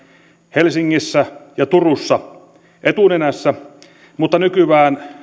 helsingissä ja turussa etunenässä mutta nykyään